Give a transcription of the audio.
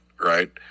right